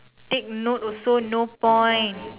take note also no point